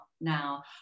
now